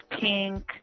Pink